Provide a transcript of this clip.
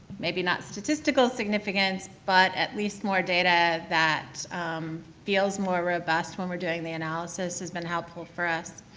maybe not statistical significance, but at least more data that feels more robust when we are doing the analysis has been helpful for us.